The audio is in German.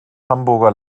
hamburger